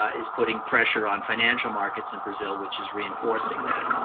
ah is putting pressure on financial markets in brazil, which is reinforcing that.